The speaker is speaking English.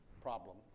problem